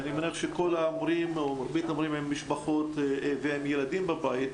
אני מניח שכל המורים מדברים עם המשפחות ועם הילדים בבית.